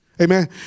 Amen